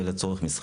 לצורך משחק.